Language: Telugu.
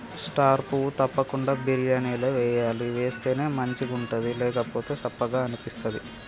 స్టార్ పువ్వు తప్పకుండ బిర్యానీల వేయాలి వేస్తేనే మంచిగుంటది లేకపోతె సప్పగ అనిపిస్తది